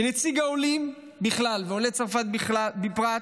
כנציג העולים בכלל, ועולי צרפת בפרט,